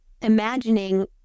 imagining